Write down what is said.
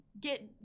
Get